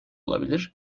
olabilir